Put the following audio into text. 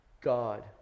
God